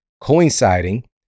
coinciding